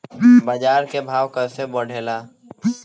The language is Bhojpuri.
बाजार के भाव कैसे बढ़े ला?